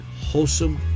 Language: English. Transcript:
wholesome